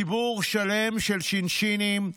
ציבור שלם של שינשינים,